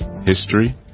history